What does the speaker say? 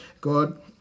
God